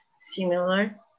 similar